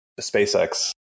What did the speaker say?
SpaceX